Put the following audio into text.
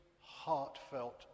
heartfelt